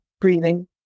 Breathing